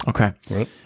Okay